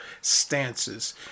stances